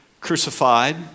crucified